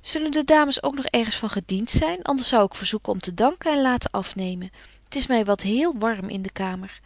zullen de dames ook nog ergens van gedient zyn anders zou ik verzoeken om te danken en laten afnemen t is my wat heel warm in de kamer